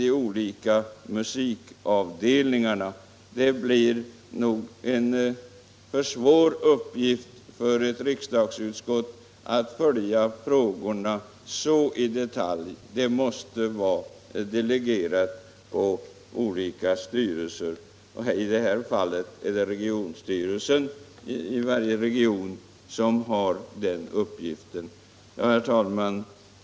Det skulle nog bli en för svår uppgift för ett riksdagsutskott att göra detta, utan det måste delegeras till olika styrelser. I det här fallet är det regionmusikens styrelse i resp. region som har den uppgiften. Herr talman!